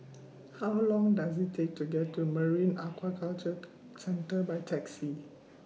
How Long Does IT Take to get to Marine Aquaculture Centre By Taxi